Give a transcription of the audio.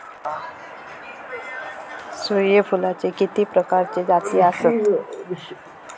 सूर्यफूलाचे किती प्रकारचे जाती आसत?